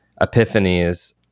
epiphanies